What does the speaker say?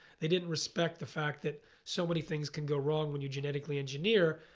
they didn't respect the fact that so many things can go wrong when you genetically engineer.